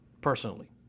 Personally